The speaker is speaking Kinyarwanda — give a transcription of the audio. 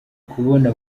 kubona